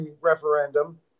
referendum